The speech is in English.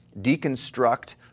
deconstruct